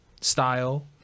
style